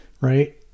right